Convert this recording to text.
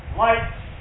lights